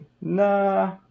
nah